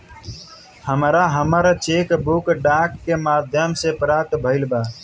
हमरा हमर cheque book डाक के माध्यम से प्राप्त भईल बा